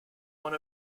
one